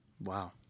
Wow